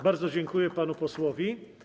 Bardzo dziękuję panu posłowi.